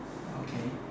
okay